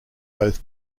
both